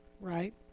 right